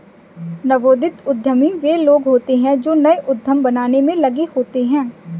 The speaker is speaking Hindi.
नवोदित उद्यमी वे लोग होते हैं जो नए उद्यम बनाने में लगे होते हैं